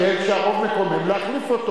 לדעת לשמור, לא זכור לי שהשתמשתי במלה הזו.